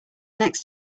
next